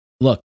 look